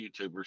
YouTubers